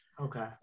Okay